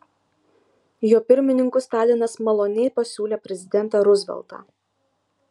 jo pirmininku stalinas maloniai pasiūlė prezidentą ruzveltą